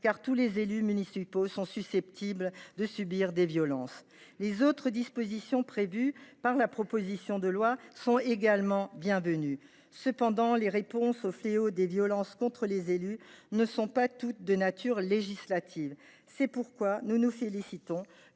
tous les élus municipaux sont susceptibles de subir des violences. Les autres dispositions prévues par la proposition de loi sont également bienvenues. Cependant, les réponses au fléau des violences contre les élus ne sont pas toutes de nature législative. C’est pourquoi nous nous félicitons